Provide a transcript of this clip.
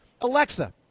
Alexa